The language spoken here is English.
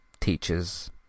teachers